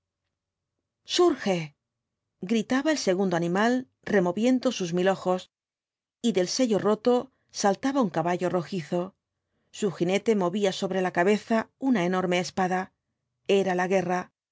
surge gritaba el segundo animal removiendo sus mil ojos y del sello roto saltaba nn caballo rojizo su jinete movía sobre la cabeza una enorme espada era la guerra